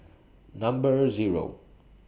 Number Zero